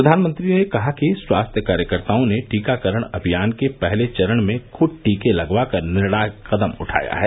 प्रधानमंत्री ने कहा कि स्वास्थ्य कार्यकर्ताओं ने टीकाकरण अभियान के पहले चरण में खुद टीके लगवाकर निर्णायक कदम उठाया है